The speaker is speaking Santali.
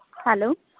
ᱦᱮᱞᱳ